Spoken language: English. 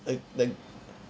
the the